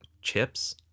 chips